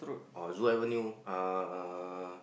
or zoo avenue uh